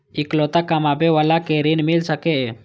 इकलोता कमाबे बाला के ऋण मिल सके ये?